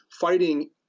fighting